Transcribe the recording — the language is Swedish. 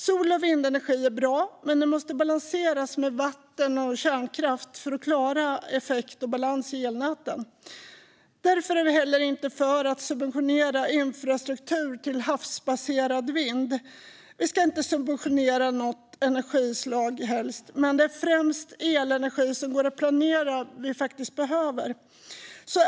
Sol och vindenergi är bra men måste balanseras med vatten och kärnkraft för att klara effekt och balans i elnäten. Därför är vi heller inte för att subventionera infrastruktur till havsbaserad vindkraft. Vi ska helst inte subventionera något energislag, men det är främst elenergi som går att planera som vi behöver.